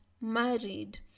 married